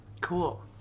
Cool